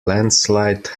landslide